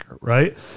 right